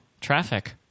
traffic